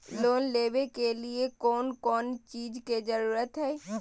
Loan लेबे के लिए कौन कौन चीज के जरूरत है?